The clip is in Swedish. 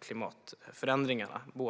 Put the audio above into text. klimatförändringarna.